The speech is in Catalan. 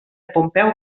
pompeu